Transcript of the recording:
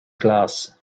glass